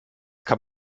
kann